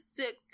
six